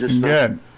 Good